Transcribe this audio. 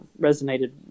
resonated